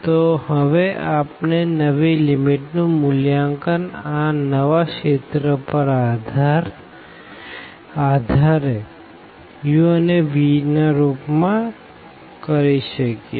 તો હવે આપણે નવી લીમીટ નું મૂલ્યાંકનઆ નવા રીજિયન ના આધારે u and v ના રૂપ માં કરી શકીએ